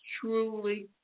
truly